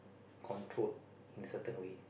controlled in certain way